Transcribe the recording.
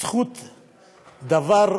קודם כול,